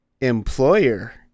employer